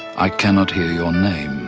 i cannot hear your name